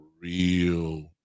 real